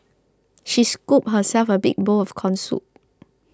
she scooped herself a big bowl of Corn Soup